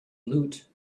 loot